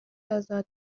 ازاد